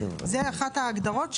זו אחת ההגדרות שלו.